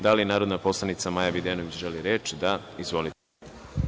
Da li narodna poslanica, Maja Videnović, želi reč? (Da) Izvolite.